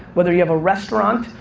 whether you have a restaurant,